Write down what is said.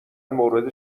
مورد